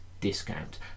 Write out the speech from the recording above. discount